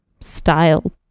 style